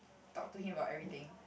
talk to him about everything